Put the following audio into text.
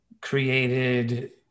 created